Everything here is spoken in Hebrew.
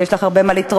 ויש לך הרבה מה לתרום.